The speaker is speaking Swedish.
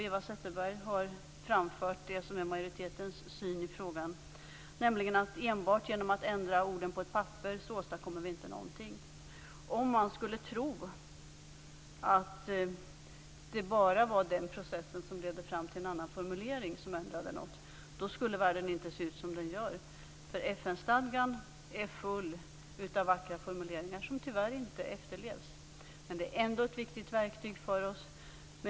Eva Zetterberg har framfört det som är majoritetens syn i frågan, nämligen att enbart genom att ändra orden på ett papper åstadkommer vi inte någonting. Om det bara var processen som ledde fram till en annan formulering som ändrade något skulle världen inte se ut som den gör, för FN-stadgan är full av vackra formuleringar som tyvärr inte efterlevs. Men det är ändå ett viktigt verktyg för oss.